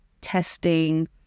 testing